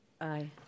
Aye